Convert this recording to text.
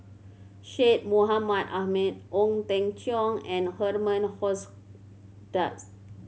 Syed Mohamed Ahmed Ong Teng Cheong and Herman Hochstadt